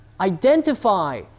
Identify